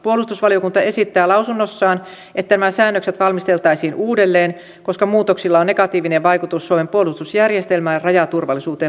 puolustusvaliokunta esittää lausunnossaan että nämä säännökset valmisteltaisiin uudelleen koska muutoksilla on negatiivinen vaikutus suomen puolustusjärjestelmään ja rajaturvallisuuteen poikkeusoloissa